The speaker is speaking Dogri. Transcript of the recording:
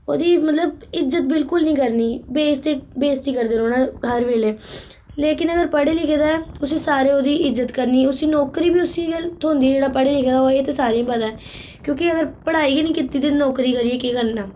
आोह्दी मतलब इज्जत बिल्कुल नी करनी बेसती बेसती करदे रौहना हर बेल्ले लेकिन अगर पढ़े लिखे दा उसी सारें उदी इज्जत करनी उसी नौकरी बी उसी गै थ्होंदी जेह्ड़ा पढ़े लिखे दा एह् ते सारें गी पता क्योंकि अगर पढ़ाई गै नी कीती दी नौकरी करियै केह् करना